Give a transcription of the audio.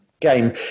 Game